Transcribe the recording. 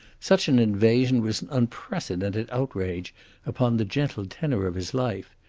such an invasion was an unprecedented outrage upon the gentle tenor of his life.